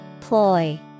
Ploy